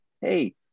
hey